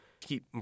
keep